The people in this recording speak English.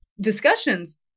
discussions